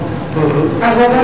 שרים פותחים לשכות.